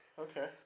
Okay